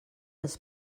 els